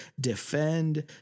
defend